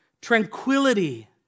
tranquility